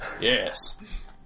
Yes